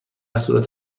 صورت